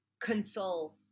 console